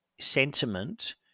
sentiment